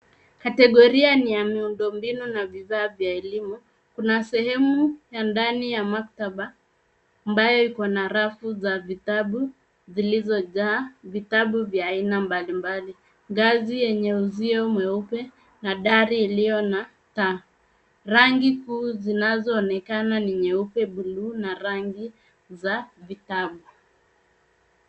Kategoria ni ya miundo mbinu na vifaa vya elimu. Kuna sehemu ya ndani ya maktaba ambayo iko na rafu za vitabu zilizojaa vitabu vya aina mbalimbali. Ngazi yenye uzio nyeupe na dari iliyo na taa. Rangi kuu zinazoonekana ni nyeupe, buluu na rangi za vitabu.